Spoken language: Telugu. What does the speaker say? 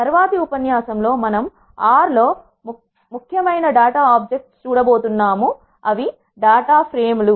తర్వాతి ఉపన్యాసంలోమనము ఆర్ R యొక్క ముఖ్యమైన డేటా ఆబ్జెక్ట్ చూడబోతున్నాము అది డేటాఫ్రేములు